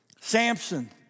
Samson